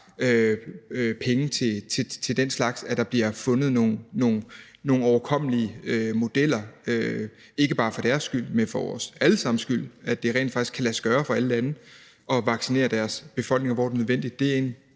penge til den slags. Der skal findes nogle overkommelige modeller, ikke bare for deres skyld, men for vores alle sammens skyld, så det rent faktisk kan lade sig gøre for alle lande at vaccinere deres befolkninger, hvor det er nødvendigt. Det er en